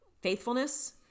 faithfulness